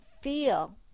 feel